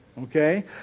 Okay